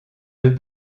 deux